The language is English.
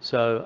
so